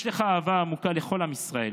יש לך אהבה עמוקה לכל עם ישראל,